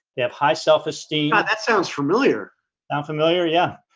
they have high self-esteem. that sounds familiar i'm familiar. yeah,